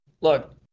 look